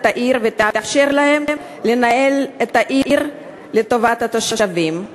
העיר ותאפשר להם לנהל את העיר לטובת התושבים.